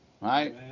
right